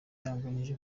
yanganyije